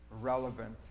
relevant